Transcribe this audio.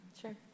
Sure